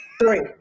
Three